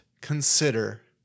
consider